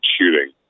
shooting